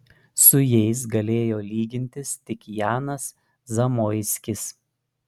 su jais galėjo lygintis tik janas zamoiskis